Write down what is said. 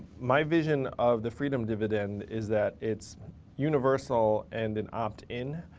my vision of the feedom dividend is that it's universal and an opt in.